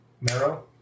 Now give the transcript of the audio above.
marrow